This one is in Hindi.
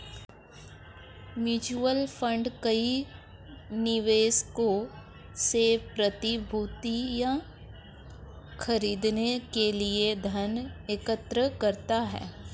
म्यूचुअल फंड कई निवेशकों से प्रतिभूतियां खरीदने के लिए धन एकत्र करता है